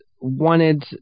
wanted